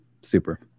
Super